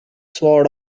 sword